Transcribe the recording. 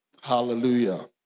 Hallelujah